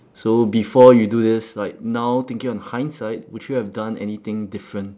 so before you do this like now thinking on hindsight would you have done anything different